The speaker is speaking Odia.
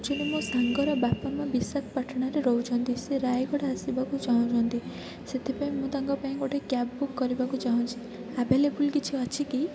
ଆକ୍ଚୁଆଲି ମୋ ସାଙ୍ଗର ବାପା ମାଁ ବିଶାଖପାଟଣାରେ ରହୁଛନ୍ତି ସିଏ ରାୟଗଡ଼ା ଆସିବାକୁ ଚାହୁଁଛନ୍ତି ସେଥିପାଇଁ ମୁଁ ତାଙ୍କ ପାଇଁ ଗୋଟେ କ୍ୟାବ୍ ବୁକ୍ କରିବାକୁ ଚାହୁଁଛି ଆଭେଲେବୁଲ୍ କିଛି ଅଛି କି